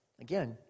again